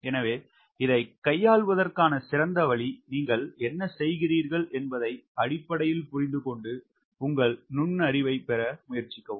எனவே இதைக் கையாள்வதற்கான சிறந்த வழி நீங்கள் என்ன செய்கிறீர்கள் என்பதை அடிப்படையில் புரிந்துகொண்டு உங்கள் நுண்ணறிவைப் பெற முயற்சிக்கவும்